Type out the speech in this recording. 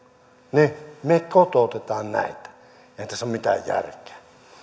niin me kotoutamme näitä eihän tässä ole mitään järkeä